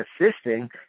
assisting